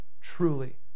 truly